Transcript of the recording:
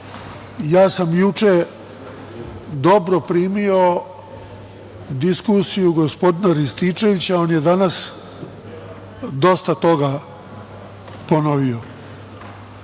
Juče sam dobro primio diskusiju gospodina Rističevića, on je danas dosta toga ponovio. Tim